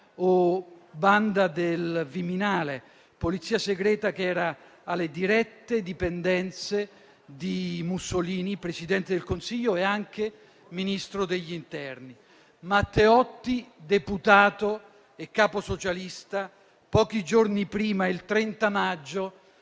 o "banda del Viminale", polizia segreta che era alle dirette dipendenze di Mussolini, Presidente del Consiglio e anche Ministro degli interni. Matteotti, deputato e capo socialista, pochi giorni prima, il 30 maggio,